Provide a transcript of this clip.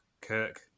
Kirk